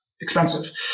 expensive